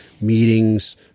meetings